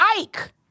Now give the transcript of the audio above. Ike